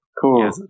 cool